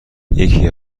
یکی